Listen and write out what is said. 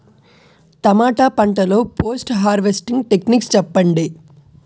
టమాటా పంట లొ post harvesting techniques చెప్పండి?